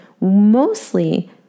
mostly